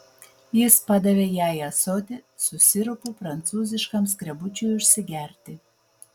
jis padavė jai ąsotį su sirupu prancūziškam skrebučiui užsigerti